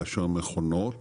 לאשר מכונות